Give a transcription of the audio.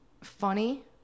funny